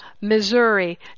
Missouri